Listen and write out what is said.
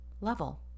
level